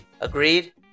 Agreed